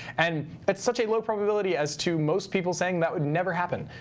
and it's such a low probability as to most people saying that would never happen.